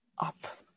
up